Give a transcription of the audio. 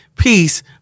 Peace